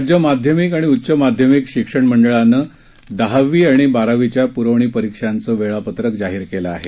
राज्य माध्यमिक आणि उच्च माध्यमिक शिक्षण मंडळानं दहावी आणि बारावीच्या पुरवणी परीक्षांचं वेळापत्रक जाहीर केलं आहे